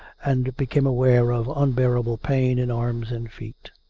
and became aware of unbearable pain in arms and feet.